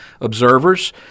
observers